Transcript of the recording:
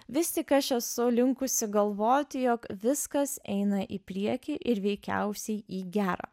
vis tik aš esu linkusi galvoti jog viskas eina į priekį ir veikiausiai į gera